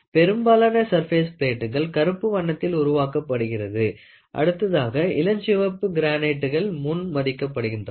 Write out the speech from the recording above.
பெரும்பாலான சர்பேஸ் பிளேட்டுகள் கருப்பு வண்ணத்தில் உருவாக்கப்படுகிறது அடுத்ததாக இளஞ்சிவப்பு கிரானைட் டுகள் முன் மதிக்கப்படுகின்றன